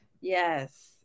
yes